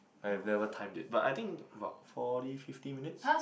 I've never timed it but I think about forty fifty minutes